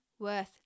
worth